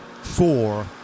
four